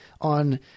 on